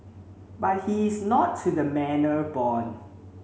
but he is not to the manor born